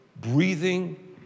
breathing